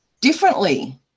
differently